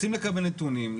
רוצים לקבל נתונים,